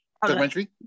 documentary